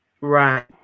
Right